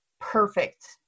perfect